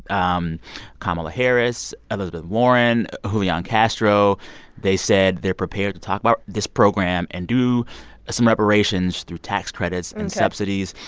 um kamala harris, elizabeth warren, julian castro they said they're prepared to talk about this program and do some reparations through tax credits and. ok. subsidies.